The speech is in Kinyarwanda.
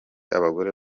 abagore